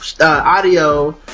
Audio